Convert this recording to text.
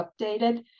updated